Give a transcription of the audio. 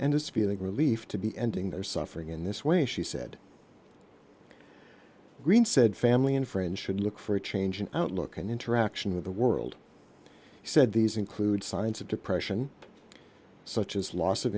and is feeling relief to be ending their suffering in this way she said green said family and friends should look for a change in outlook and interaction with the world he said these include signs of depression such as loss of